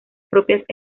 propias